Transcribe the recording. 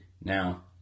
Now